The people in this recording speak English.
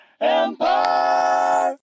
Empire